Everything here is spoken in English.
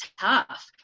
tough